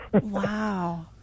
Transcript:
Wow